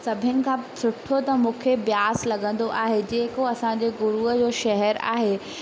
सभिनि खां सुठो त मूंखे ब्यास लॻंदो आहे जेको असांजे गुरूअ जो शहरु आहे